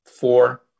four